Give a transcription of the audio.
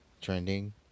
trending